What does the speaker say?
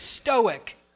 stoic